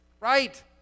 Right